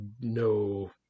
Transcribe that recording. no